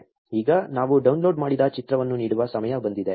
ಈಗ ನಾವು ಡೌನ್ಲೋಡ್ ಮಾಡಿದ ಚಿತ್ರವನ್ನು ನೀಡುವ ಸಮಯ ಬಂದಿದೆ